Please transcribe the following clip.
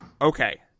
Okay